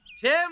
Tim